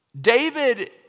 David